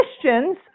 Christians